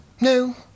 no